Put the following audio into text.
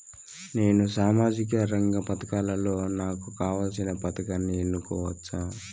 నేను సామాజిక రంగ పథకాలలో నాకు కావాల్సిన పథకాన్ని ఎన్నుకోవచ్చా?